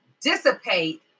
dissipate